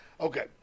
Okay